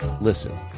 Listen